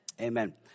Amen